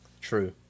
True